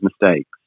mistakes